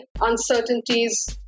uncertainties